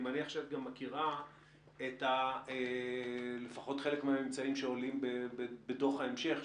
אני מניח שאת גם מכירה לפחות חלק מן הממצאים שעולים בדוח ההמשך,